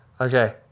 Okay